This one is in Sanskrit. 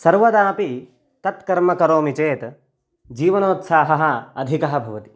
सर्वदापि तत्कर्मं करोमि चेत् जीवनोत्साहः अधिकः भवति